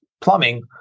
plumbing